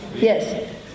Yes